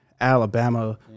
Alabama